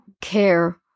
care